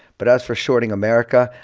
but as for shorting america,